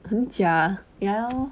很假 ya lor